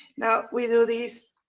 now we'll do these.